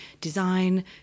design